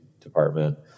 department